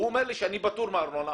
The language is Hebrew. הוא אומר לי שאני פטור מארנונה,